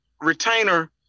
retainer